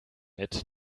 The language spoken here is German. mit